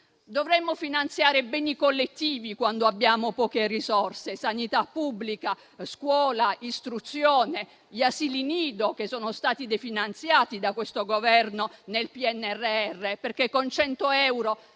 Dovremmo finanziare beni collettivi quando abbiamo poche risorse: sanità pubblica, scuola, istruzione, gli asili nido, che sono stati definanziati da questo Governo nel PNRR, perché con 100 euro